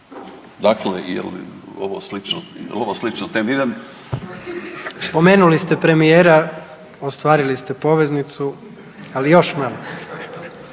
Dakle, je li ovo slično temi? Idem … .../Upadica: Spomenuli ste premijera, ostvarili ste poveznicu. Ali još malo./...